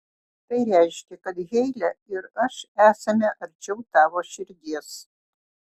tai reiškia kad heile ir aš esame arčiau tavo širdies